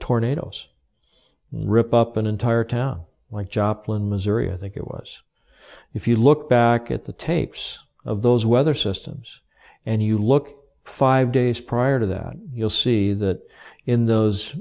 tornadoes rip up an entire town like joplin missouri i think it was if you look back at the tapes of those weather systems and you look five days prior to that you'll see that in those